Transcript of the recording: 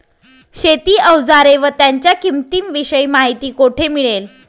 शेती औजारे व त्यांच्या किंमतीविषयी माहिती कोठे मिळेल?